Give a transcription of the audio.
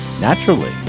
Naturally